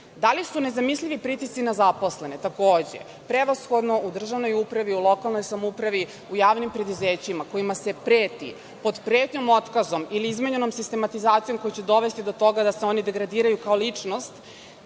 Da li su nezamislivi pritisci na zaposlene, takođe, prevashodno u državnoj upravi, lokalnoj samoupravi, u javnim preduzećima kojima se preti pod pretnjom otkazom ili izmenjenom sistematizacijom koja će dovesti do toga da se oni degradiraju kao ličnost,